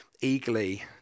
eagerly